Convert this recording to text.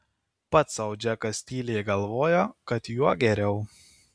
pats sau džekas tyliai galvojo kad juo geriau